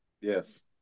yes